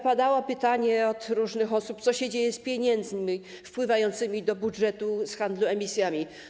Padały pytania od różnych osób, co się dzieje z pieniędzmi wpływającymi do budżetu z handlu emisjami.